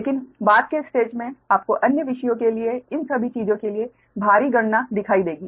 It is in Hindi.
लेकिन बाद के स्टेज में आपको अन्य विषयों के लिए इन सभी चीजों के लिए भारी गणना दिखाई देगी